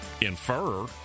Infer